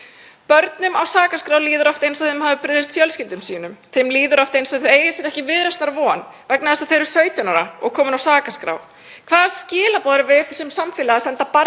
Börnum á sakaskrá líður oft eins og þau hafi brugðist fjölskyldum sínum. Þeim líður oft eins að þau eigi sér ekki viðreisnar von vegna þess að þau eru 17 ára og komin á sakaskrá. Hvaða skilaboð erum við sem samfélag að senda barni